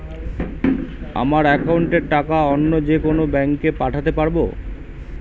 আমার একাউন্টের টাকা অন্য যেকোনো ব্যাঙ্কে পাঠাতে পারব?